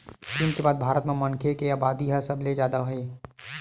चीन के बाद भारत म मनखे के अबादी ह सबले जादा हे